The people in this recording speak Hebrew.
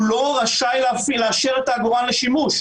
הוא לא רשאי לאשר את העגורן לשימוש.